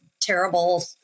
terrible